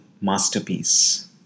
Masterpiece